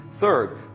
third